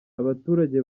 abaturage